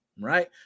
right